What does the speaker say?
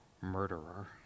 murderer